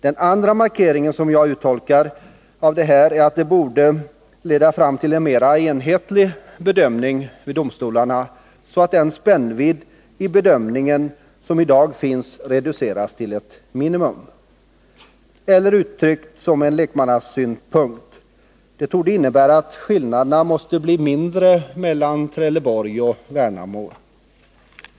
Den andra markeringen är, enligt min mening, att det borde leda fram till en mera enhetlig bedömning vid domstolarna, så att den spännvidd vid bedömningen som i dag finns reduceras till ett minimum. Eller uttryckt på lekmannasätt: Det borde innebära att skillnaderna måste bli mindre mellan Trelleborg och Värnamo.